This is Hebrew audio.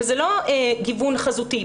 וזה לא מגוון חזותי,